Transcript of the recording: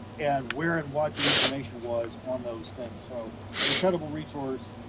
and where and what the information was on those things, so incredible resource,